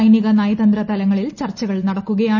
സൈനിക നയതന്ത്ര തലങ്ങളിൽ ചർച്ചകൾ നടക്കുകയാണ്